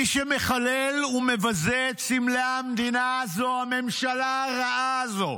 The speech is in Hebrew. מי שמחלל ומבזה את סמלי המדינה זאת הממשלה הרעה הזאת,